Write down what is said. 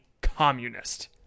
communist